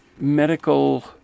medical